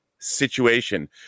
situation